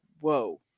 whoa